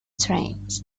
trains